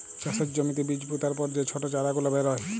চাষের জ্যমিতে বীজ পুতার পর যে ছট চারা গুলা বেরয়